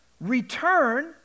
Return